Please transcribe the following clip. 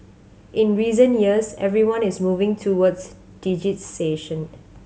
in recent years everyone is moving towards digitisation